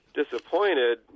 disappointed